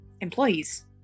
employees